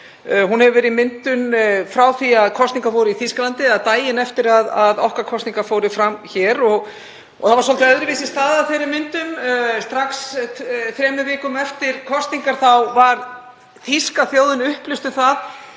Hún hefur verið í myndun frá því að kosningar voru í Þýskalandi, eða daginn eftir að okkar kosningar fóru fram hér. Það var svolítið öðruvísi staðið að þeirri myndun; strax þremur vikum eftir kosningar var þýska þjóðin upplýst um það